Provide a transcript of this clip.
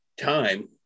time